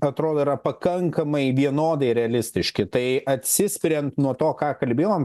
atrodo yra pakankamai vienodai realistiški tai atsispiriant nuo to ką kalbėjom